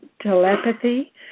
Telepathy